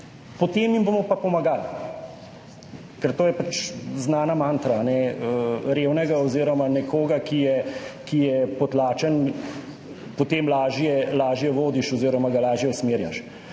potem jim bomo pa pomagali. Ker to je pač znana mantra – revnega oziroma nekoga, ki je potlačen, potem lažje vodiš oziroma ga lažje usmerjaš.